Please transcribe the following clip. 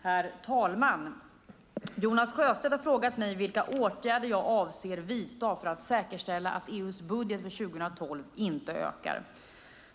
Herr talman! Jonas Sjöstedt har frågat mig vilka åtgärder jag avser att vidta för att säkerställa att EU:s budget för 2012 inte ökar.